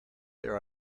there